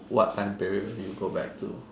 what time period will you go back to